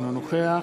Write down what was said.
אינו נוכח